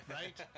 right